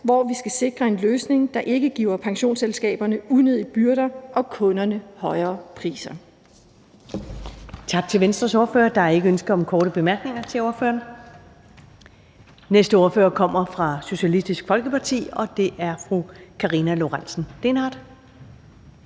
hvor vi skal sikre en løsning, der ikke giver pensionsselskaberne unødige byrder og kunderne højere priser.